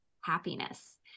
happiness